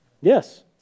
Yes